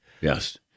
Yes